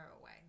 away